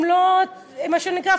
מה שנקרא,